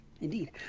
Indeed